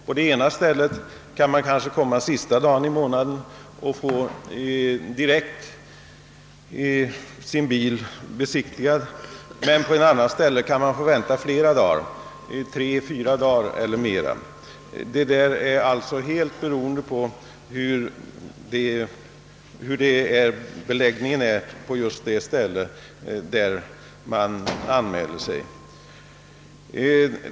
På det ena stället kanske man kan komma den sista dagen i månaden och direkt få sin bil besiktigad, men på ett annat ställe kan man få vänta tre, fyra dagar eller längre. Det är som sagt helt beroende på beläggningen på just den station där man anmäler sig.